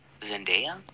Zendaya